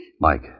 Mike